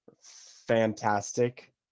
fantastic